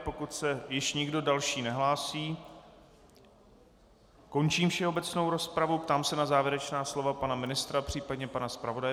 Pokud se již nikdo další nehlásí, končím všeobecnou rozpravu, ptám se na závěrečná slova pana ministra, případně pana zpravodaje.